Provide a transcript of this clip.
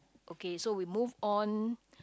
okay so we move on